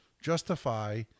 justify